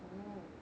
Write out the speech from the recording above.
orh